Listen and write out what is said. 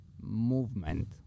movement